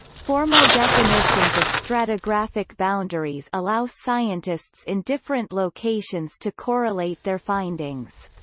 formal definitions of stratigraphic boundaries allow scientists in different locations to correlate their findings.